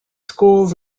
schools